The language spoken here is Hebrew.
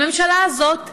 המשלה הזאת נכשלה,